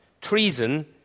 treason